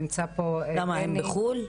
נמצא פה --- למה הם בחוץ לארץ,